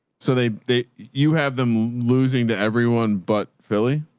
so they, they, you have them losing to everyone, but philly.